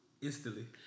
Instantly